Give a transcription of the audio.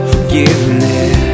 Forgiveness